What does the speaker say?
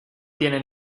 tiene